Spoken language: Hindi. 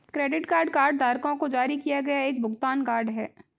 क्रेडिट कार्ड कार्डधारकों को जारी किया गया एक भुगतान कार्ड है